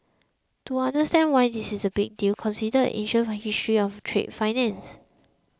to understand why this is a big deal consider ancient why history of trade finance